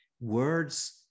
Words